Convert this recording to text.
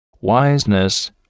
Wiseness